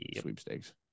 sweepstakes